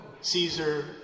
Caesar